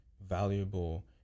valuable